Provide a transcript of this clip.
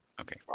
okay